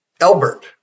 Albert